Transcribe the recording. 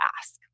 ask